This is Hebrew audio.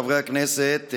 חברי הכנסת,